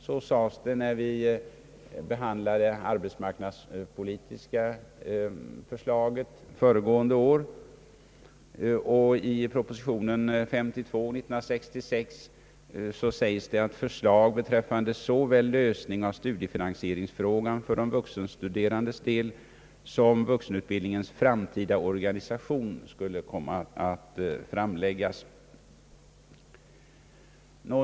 Så sades det när vi behandlade det arbetsmarknadspolitiska förslaget föregående år, och i propositionen 52: 1966 sägs det att förslag beträffande såväl lösning av studiefinansieringsfrågan för de vuxenstuderandes del som vuxenutbildningens framtida organisation skulle komma att framläggas.